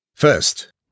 First